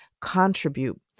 contribute